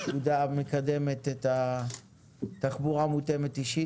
הפקודה המקדמת את התחבורה מותאמת אישית ,